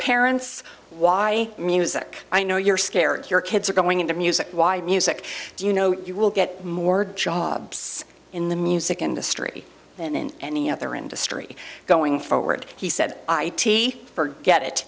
parents why music i know you're scared your kids are going into music why music do you know you will get more jobs in the music industry and in any other industry going forward he said i t forget it